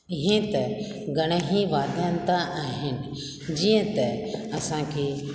हीअं त घणई वाध्ययंत्र आहिनि जीअं त असां खे